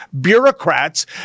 bureaucrats